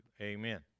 Amen